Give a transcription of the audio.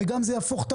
הרי זה גם יהפוך את